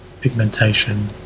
pigmentation